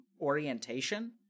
orientation